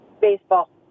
Baseball